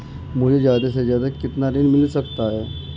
मुझे ज्यादा से ज्यादा कितना ऋण मिल सकता है?